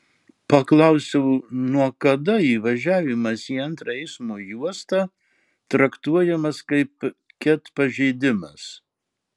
paklausiau nuo kada įvažiavimas į antrą eismo juostą traktuojamas kaip ket pažeidimas